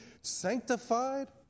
sanctified